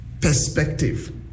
perspective